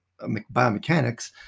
biomechanics